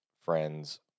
friends